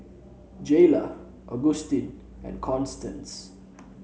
Jaylah Augustin and Constance